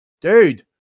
Dude